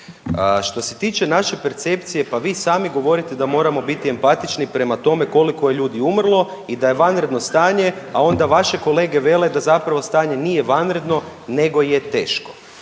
Što se tiče naše percepcije, pa vi sami govorite da moramo biti empatični prema toliko je ljudi umrlo i da je vanredno stanje, a onda vaše kolege vele da zapravo stanje nije vanredno, nego je teško.